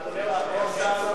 אין לנו שר.